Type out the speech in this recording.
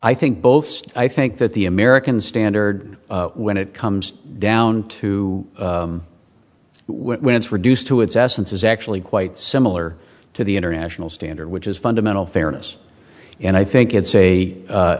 i think both i think that the american standard when it comes down to it when it's reduced to its essence is actually quite similar to the international standard which is fundamental fairness and i think it's a